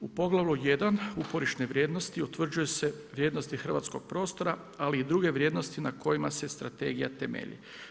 U poglavlju 1 uporišne vrijednosti utvrđuju se vrijednosti hrvatskog prostora ali i druge vrijednosti na kojima se strategija temelji.